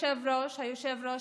היושב-ראש,